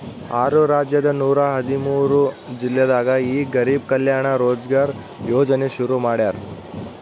ಆರು ರಾಜ್ಯದ ನೂರ ಹದಿಮೂರು ಜಿಲ್ಲೆದಾಗ ಈ ಗರಿಬ್ ಕಲ್ಯಾಣ ರೋಜ್ಗರ್ ಯೋಜನೆ ಶುರು ಮಾಡ್ಯಾರ್